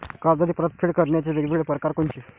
कर्जाची परतफेड करण्याचे वेगवेगळ परकार कोनचे?